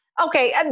okay